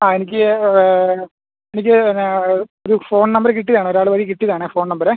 ആ എനിക്ക് എനിക്ക് പിന്നെ ഒരു ഫോൺ നമ്പര് കിട്ടിയാതാണ് ഒരാൾ വഴി കിട്ടീതാണ് ഫോൺ നമ്പരേ